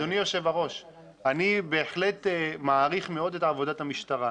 אני בהחלט מעריך מאוד את עבודת המשטרה,